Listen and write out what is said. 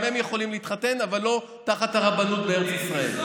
גם הם יכולים להתחתן אבל לא תחת הרבנות בארץ ישראל.